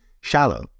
shallow